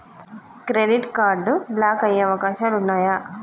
Credit card block అయ్యే అవకాశాలు ఉన్నయా?